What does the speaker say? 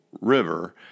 River